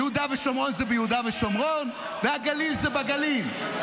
יהודה ושומרון זה ביהודה ושומרון והגליל זה בגליל.